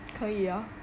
可以 ah